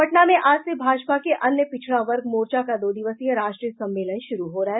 पटना में आज से भाजपा के अन्य पिछड़ा वर्ग मोर्चा का दो दिवसीय राष्ट्रीय सम्मेलन शुरू हो रहा है